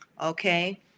Okay